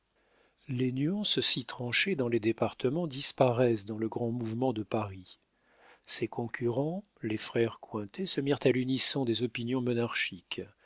les nuances si tranchées dans les départements disparaissent dans le grand mouvement de paris ses concurrents les frères cointet se mirent à l'unisson des opinions monarchiques